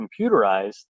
computerized